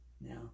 now